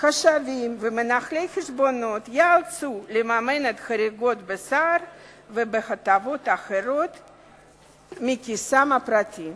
חשבים ומנהלי חשבונות ייאלצו לממן את החריגות בשכר ובהטבות מכיסם הפרטי.